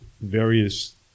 various